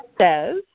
says